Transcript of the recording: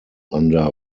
under